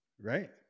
right